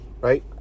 right